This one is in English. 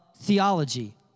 theology